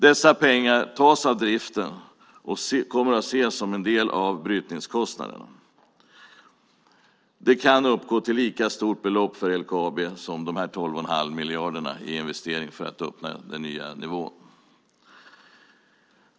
Dessa pengar tas av driften och kommer att ses som en del av brytningskostnaden. Det kan uppgå till ett lika stort belopp för LKAB som de 12 1⁄2 miljarderna i investering för att öppna den nya nivån.